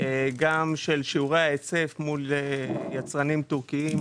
גם של שיעורי ההיצף מול יצרנים טורקים.